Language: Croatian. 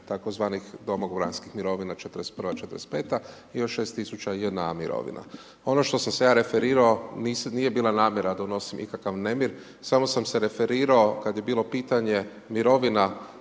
tzv. domobranskih mirovina, '41.-'45. i još 60000 JNA mirovina. Ono što sam se ja referirao, nije bila namjera da donosim ikakav nemir, samo sam se referirao, kada je bilo pitanje mirovina